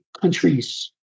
countries